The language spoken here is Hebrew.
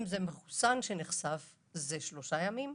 אם זה מחוסן שנחשף זה שלושה ימים,